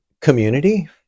community